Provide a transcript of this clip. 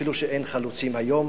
אפילו שאין חלוצים היום,